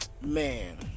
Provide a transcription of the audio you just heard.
man